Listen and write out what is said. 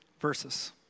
verses